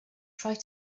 try